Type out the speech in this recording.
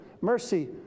Mercy